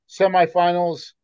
semifinals